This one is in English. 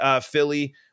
Philly